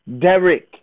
Derek